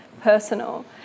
personal